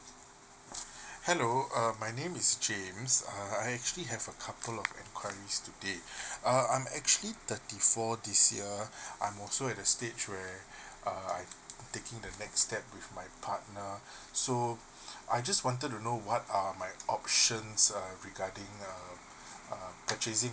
hello uh my name is james uh I actually have a couple of enquiries today uh I'm actually thirty four this year I'm also at a stage where uh taking the next step with my partner so I just wanted to know what are my options err regarding um uh purchasing